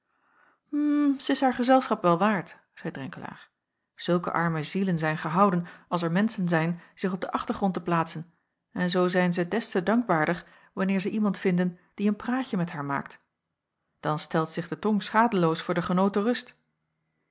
hm zij is haar gezelschap wel waard zeî drenkelaer zulke arme zielen zijn gehouden als er menschen zijn zich op den achtergrond te plaatsen en zoo zijn zij des te dankbaarder wanneer zij iemand vinden die een praatje met haar maakt dan stelt zich de tong schadeloos voor de genoten rust